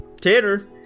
Tanner